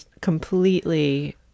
completely